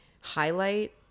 highlight